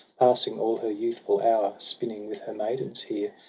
passing all her youthful hour spinning with her maidens here,